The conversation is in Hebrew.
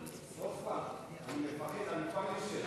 סופה, אני מפחד, אני כבר יושב.